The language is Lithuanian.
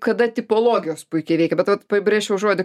kada tipologijos puikiai veikia bet vat pabrėžčiau žodį